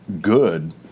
good